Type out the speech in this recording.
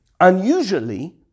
Unusually